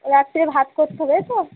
রাত্রে ভাত করতে হবে তো